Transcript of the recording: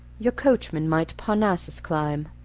your coachman might parnassus climb,